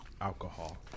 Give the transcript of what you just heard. alcohol